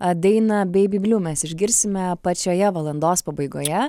dainą beibi bliu mes išgirsime pačioje valandos pabaigoje